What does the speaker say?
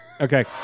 Okay